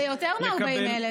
זה יותר מ-40,000.